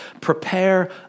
prepare